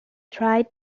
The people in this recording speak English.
tried